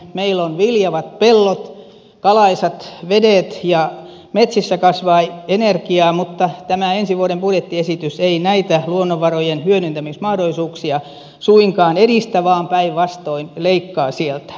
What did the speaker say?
meillä on viljavat pellot kalaisat vedet ja metsissä kasvaa energiaa mutta tämä ensi vuoden budjettiesitys ei näitä luonnonvarojen hyödyntämismahdollisuuksia suinkaan edistä vaan päinvastoin leikkaa sieltä